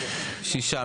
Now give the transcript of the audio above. שישה.